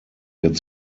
wird